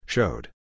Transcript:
Showed